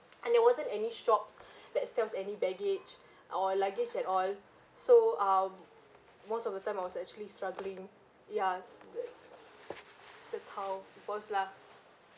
and there wasn't any shops that sells any baggage or luggage at all so um most of the time I was actually struggling ya s~ th~ that's how it was lah